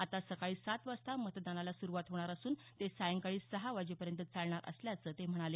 आता सकाळी सात वाजता मतदानाला सुरूवात होणार असून ते सायंकाळी सहा वाजेपर्यंत चालणार असल्याचं ते म्हणाले